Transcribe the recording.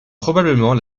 probablement